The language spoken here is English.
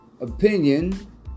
opinion